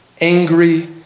angry